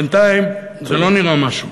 בינתיים זה לא נראה משהו.